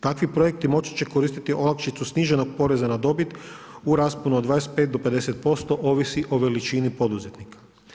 Takvi projekti moći će koristiti olakšicu sniženog poreza na dobit u rasponu od 25 do 50% ovisi o veličini poduzetnika.